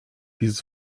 dieses